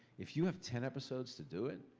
if you have ten episodes to do it,